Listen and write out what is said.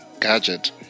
gadget